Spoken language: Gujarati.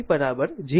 તેથી તે G છે 0